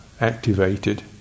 activated